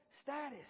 status